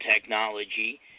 technology